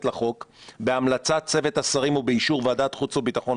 לחוק בהמלצת צוות השרים ובאישור ועדת החוץ והביטחון,